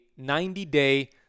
90-day